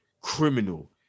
criminal